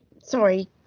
Sorry